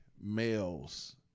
males